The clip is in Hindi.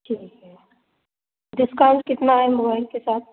ठीक है डिस्काउंट कितना है मुबाइल के साथ